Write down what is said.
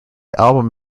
album